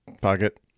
Pocket